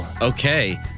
Okay